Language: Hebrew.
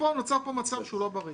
ונוצר פה מצב שהוא לא בריא.